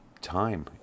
time